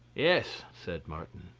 yes, said martin,